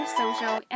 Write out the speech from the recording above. social